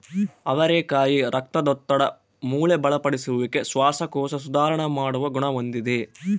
ಅವರೆಕಾಯಿ ರಕ್ತದೊತ್ತಡ, ಮೂಳೆ ಬಲಪಡಿಸುವಿಕೆ, ಶ್ವಾಸಕೋಶ ಸುಧಾರಣ ಮಾಡುವ ಗುಣ ಹೊಂದಿದೆ